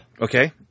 Okay